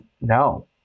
No